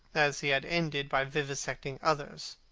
as he had ended by vivisecting others.